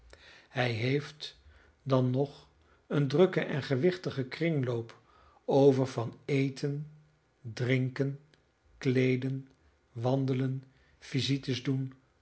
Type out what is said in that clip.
hij heeft dan nog een drukken en gewichtigen kringloop over van eten drinken kleeden wandelen visites doen